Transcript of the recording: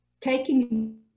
taking